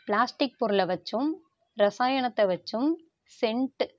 plastic பொருளை வைச்சும் ரசாயனத்தை வைச்சும் சென்ட்